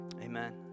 amen